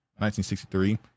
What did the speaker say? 1963